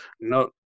no